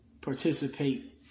participate